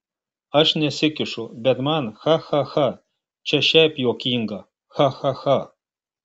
aš nesikišu bet man cha cha cha čia šiaip juokinga cha cha cha